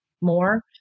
more